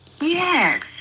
Yes